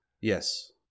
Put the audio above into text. Yes